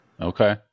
Okay